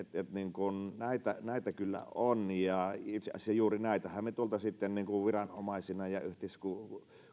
että näitä kyllä on ja itse asiassa juuri näitähän me tuolta sitten viranomaisina ja yhteiskunta